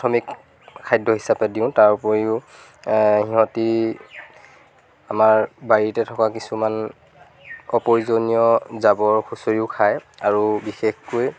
প্ৰাথমিক খাদ্য হিচাপে দিওঁ তাৰ উপৰিও সিহঁতি আমাৰ বাৰীতে থকা কিছুমান অপ্ৰয়োজনীয় জাবৰ খুঁচৰিও খায় আৰু বিশেষকৈ